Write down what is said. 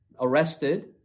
arrested